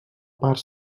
part